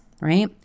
right